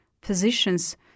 positions